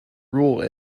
rule